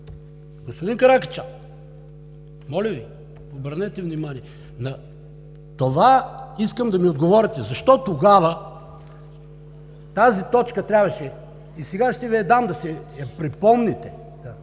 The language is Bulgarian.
Господин Каракачанов, моля Ви, обърнете внимание. Искам да ми отговорите защо тогава тази точка трябваше… И сега ще Ви я дам да си я припомните,